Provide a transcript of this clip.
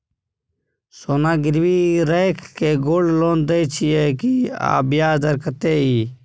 सोना गिरवी रैख के गोल्ड लोन दै छियै की, आ ब्याज दर कत्ते इ?